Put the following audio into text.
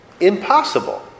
Impossible